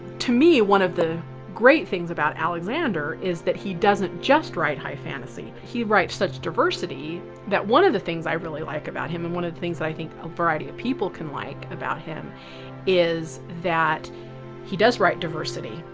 to me one of the great things about alexander is that he doesn't just write high fantasy, he writes such diversity that one of the things i really like about him and one of the things i think a variety of people can like about him is that he does write diversity.